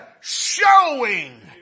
showing